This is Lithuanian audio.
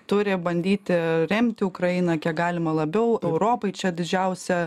turi bandyti remti ukrainą kiek galima labiau europai čia didžiausia